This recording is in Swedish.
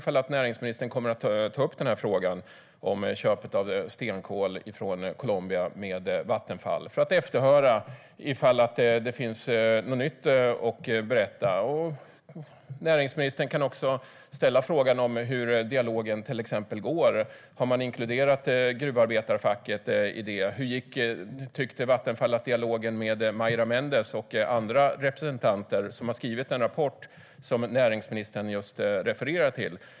Kommer han att ta upp frågan om köpet av stenkol från Colombia med Vattenfall för att efterhöra ifall det finns något nytt att berätta? Näringsministern kan till exempel också ställa frågan om hur dialogen går. Har man inkluderat gruvarbetarfacket i detta? Vad tyckte Vattenfall om dialogen med Maira Méndez och andra representanter, som har skrivit en rapport som näringsministern just refererade till?